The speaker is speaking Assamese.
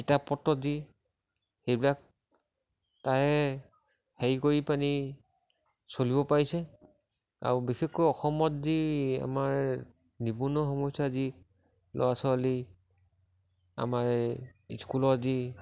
কিতাপপত্ৰ যি সেইবিলাক তাৰে হেৰি কৰি পানি চলিব পাৰিছে আৰু বিশেষকৈ অসমত যি আমাৰ নিবনুৱা সমস্যা যি ল'ৰা ছোৱালী আমাৰ স্কুলৰ যি